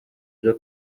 byo